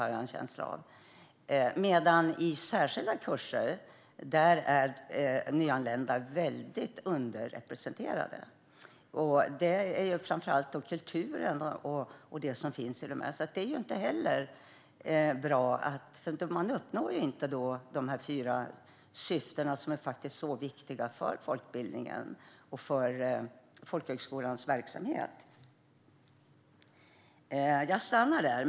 När det gäller särskilda kurser är de nyanlända däremot väldigt underrepresenterade. Det är framför allt kultur som finns i dessa kurser, så det är inte heller bra. Man uppnår då inte dessa fyra syften, som är så viktiga för folkbildningen och för folkhögskolans verksamhet. Jag stannar här.